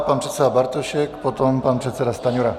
Pan předseda Bartošek, potom pan předseda Stanjura.